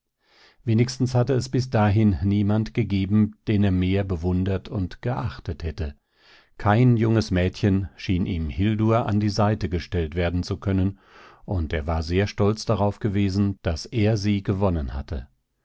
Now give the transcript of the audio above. wenigstens hatte es bis dahin niemand gegeben den er mehr bewundert und geachtet hätte kein junges mädchen schien ihm hildur an die seite gestellt werden zu können und er war sehr stolz darauf gewesen daß er sie gewonnen hatte